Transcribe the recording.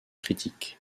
critiques